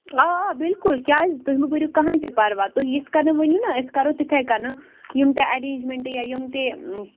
آ آ بِلکُل کیٛازِ تُہۍ مہٕ بٔرِو کٕہٕنٛۍ تہِ پَرواے تُہۍ یِتھٕ کٔنۍ ؤنِو نا أسۍ کَرو تِتھٕے کَنہِ یِم تہِ ایٚرینٛجمٮ۪نٛٹہٕ یا یِم تہِ